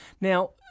Now